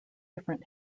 different